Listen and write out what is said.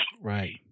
Right